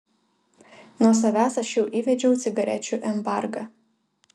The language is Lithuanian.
nuo savęs aš jau įvedžiau cigarečių embargą